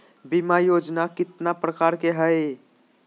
बीमा योजना केतना प्रकार के हई हई?